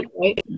right